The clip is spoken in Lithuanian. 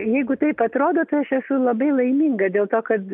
jeigu taip atrodo tai aš esu labai laiminga dėl to kad